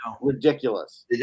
ridiculous